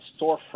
storefront